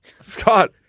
Scott